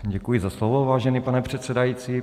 Děkuji za slovo, vážený pane předsedající.